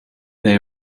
they